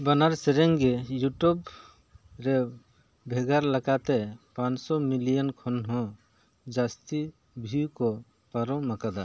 ᱵᱟᱱᱟᱨ ᱥᱮᱨᱮᱧ ᱜᱮ ᱤᱭᱩᱴᱩᱵᱽ ᱨᱮ ᱵᱷᱮᱜᱟᱨ ᱞᱮᱠᱟᱛᱮ ᱯᱟᱸᱪᱥᱚ ᱢᱤᱞᱤᱭᱚᱱ ᱠᱷᱚᱱ ᱦᱚᱸ ᱡᱟᱹᱥᱛᱤ ᱵᱷᱤᱭᱩ ᱠᱚ ᱯᱟᱨᱚᱢ ᱟᱠᱟᱫᱟ